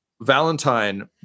Valentine